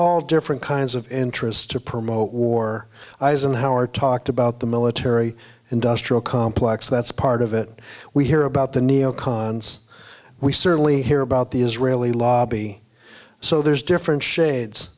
all different kinds of interests to promote war eisenhower talked about the military industrial complex that's part of it we hear about the neo cons we certainly hear about the israeli lobby so there's different shades